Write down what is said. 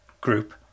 group